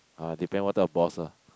uh depend what type of boss ah